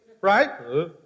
right